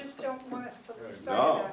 you know